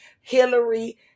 Hillary